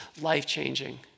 life-changing